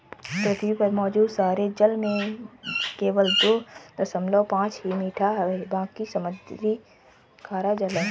पृथ्वी पर मौजूद सारे जल में केवल दो दशमलव पांच ही मीठा है बाकी समुद्री खारा जल है